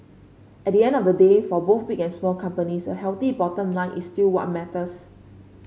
at the end of the day for both big and small companies a healthy bottom line is still what matters